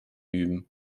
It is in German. üben